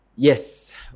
Yes